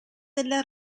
delle